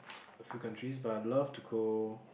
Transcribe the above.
a few countries but I love to go